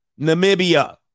Namibia